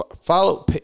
follow